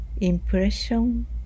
impression